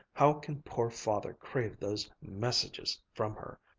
how can poor father crave those messages from her!